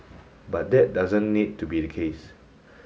but that doesn't need to be the case